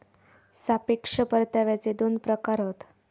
सापेक्ष परताव्याचे दोन प्रकार हत